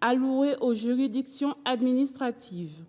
alloués aux juridictions administratives.